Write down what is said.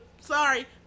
sorry